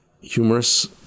humorous